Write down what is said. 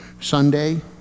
Sunday